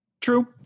True